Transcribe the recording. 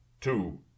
Two